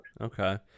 okay